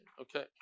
okay